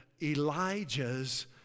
Elijah's